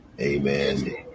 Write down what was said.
Amen